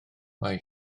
mae